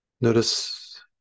Notice